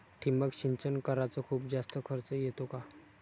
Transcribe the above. ठिबक सिंचन कराच खूप जास्त खर्च येतो का?